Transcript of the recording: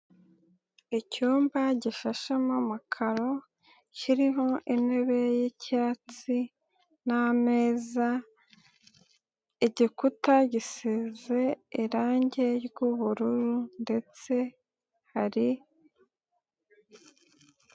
Icyumba gishashemo amakaro kiriho intebe y'icyatsi n'ameza, igikuta gisize irange ry'ubururu ndetse hari...